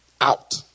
out